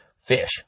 fish